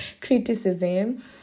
criticism